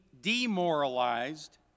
demoralized